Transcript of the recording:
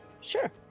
sure